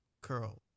curl